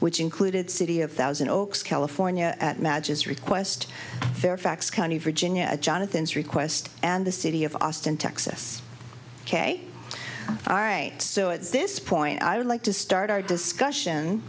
which included city of thousand oaks california at madge is request fairfax county virginia jonathan's request and the city of austin texas ok all right so at this point i would like to start our discussion